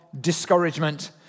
discouragement